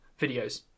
videos